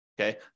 okay